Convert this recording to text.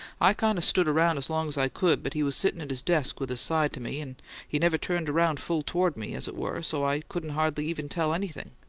i kind of stood around as long as i could, but he was sittin' at his desk with his side to me, and he never turned around full toward me, as it were, so i couldn't hardly even tell anything.